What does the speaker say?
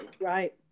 right